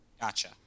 Gotcha